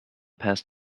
past